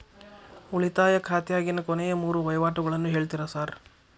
ಉಳಿತಾಯ ಖಾತ್ಯಾಗಿನ ಕೊನೆಯ ಮೂರು ವಹಿವಾಟುಗಳನ್ನ ಹೇಳ್ತೇರ ಸಾರ್?